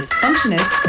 functionist